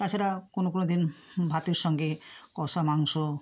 তাছাড়া কোনো কোনো দিন ভাতের সঙ্গে কষা মাংস